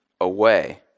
away